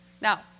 Now